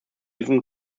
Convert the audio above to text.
even